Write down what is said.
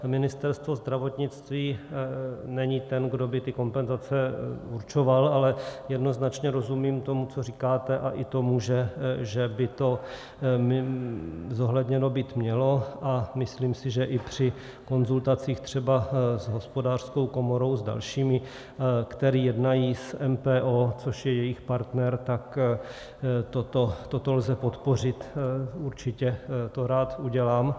Ministerstvo zdravotnictví není ten, kdo by ty kompenzace určoval, ale jednoznačně rozumím tomu, co říkáte, a i tomu, že by to zohledněno být mělo, a myslím si, že i při konzultacích třeba s Hospodářskou komorou, s dalšími, kteří jednají s MPO, což je jejich partner, tak toto lze podpořit určitě, to rád udělám.